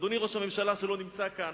אדוני ראש הממשלה, שלא נמצא כאן,